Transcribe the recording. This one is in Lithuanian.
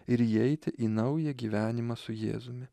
ir įeiti į naują gyvenimą su jėzumi